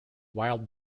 wild